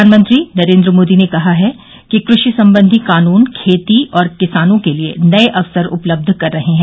प्रधानमंत्री नरेन्द्र मोदी ने कहा है कि कृषि संबंधी कानून खेती और किसानों के लिए नये अवसर उत्पन्न कर रहे हैं